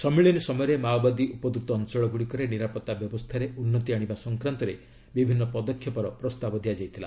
ସମ୍ମିଳନୀ ସମୟରେ ମାଓବାଦୀ ଉପଦ୍ରତ ଅଞ୍ଚଳଗ୍ରଡ଼ିକରେ ନିରାପତ୍ତା ବ୍ୟବସ୍ଥାରେ ଉନ୍ନତି ଆଣିବା ସଂକ୍ରାନ୍ତରେ ବିଭିନ୍ନ ପଦକ୍ଷେପର ପ୍ରସ୍ତାବ ଦିଆଯାଇଥିଲା